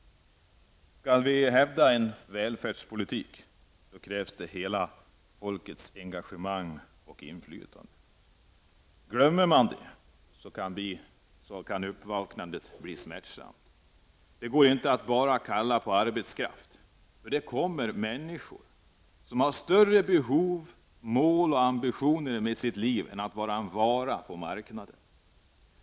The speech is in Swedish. Skall vi hävda en välfärdspolitik, krävs det hela folket engagemang och inflytande. Glöms detta bort, kan uppvaknandet bli smärtsamt. Det går inte att bara kalla på arbetskraft, för det kommer människor som har större behov, mål och ambitioner i sina liv. De vill inte bara vara en vara på marknaden.